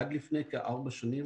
עד לפני כארבע שנים